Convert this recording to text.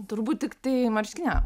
turbūt tiktai marškiniam